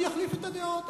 אני אחליף את הדעות,